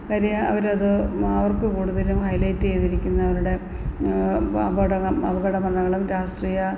കാര്യം അവരത് അവർക്ക് കൂടുതലും ഹൈലൈറ്റ് ചെയ്തിരിക്കുന്നത് അവരുടെ അപകടക അപകട മരണങ്ങളും രാഷ്ട്രീയ